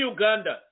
Uganda